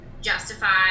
justify